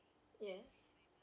yes